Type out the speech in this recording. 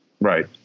Right